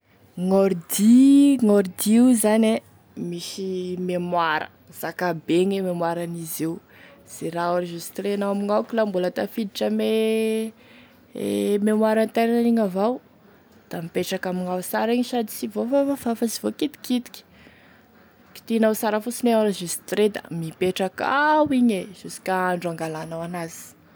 Gn'ordi gn'ordi io zany e misy mémoire zakabe gne mémoiran'izy io, ze raha enregistré anao amignao ka mbola tafiditra ame mémoire internan'igny avao da mipetraky amignao sara igny sady sy voafafafafa sy voakitikitiky, kitihinao sara fosiny hoe enregistré da mipetraky ao igny e jusqu'à andro angalanao an'azy.